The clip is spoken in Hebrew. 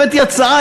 הבאתי הצעה,